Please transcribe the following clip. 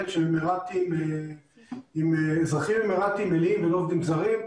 שהם אזרחים אמיראתיים מלאים ולא עובדים זרים,